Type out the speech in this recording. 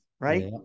right